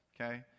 okay